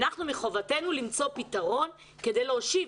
אנחנו מחובתנו למצוא פתרון כדי להושיב.